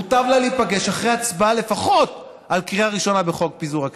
מוטב לה להיפגש אחרי הצבעה לפחות בקריאה ראשונה על חוק פיזור הכנסת.